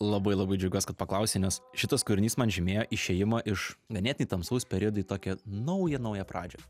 labai džiaugiuos kad paklausei nes šitas kūrinys man žymėjo išėjimą iš ganėtinai tamsaus periodo į tokią naują naują pradžią